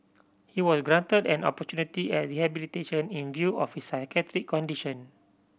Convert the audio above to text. he was granted an opportunity at rehabilitation in view of his psychiatric condition